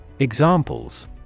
Examples